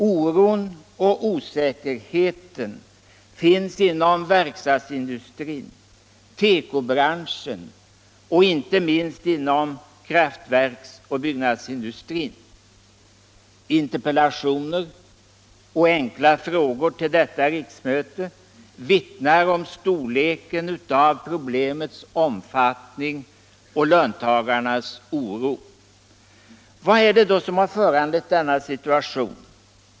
Oron och osäkerheten finns inom verkstadsindustrin, inom tekobranschen och inte minst inom kraftverksoch byggnadsindustrin. Interpellationer och frågor till detta riksmöte vittnar om storleken av problemets omfattning och löntagarnas oro. Vad är det som föranlett denna situation?